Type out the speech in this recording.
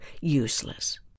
useless